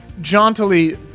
jauntily